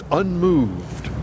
unmoved